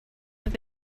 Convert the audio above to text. have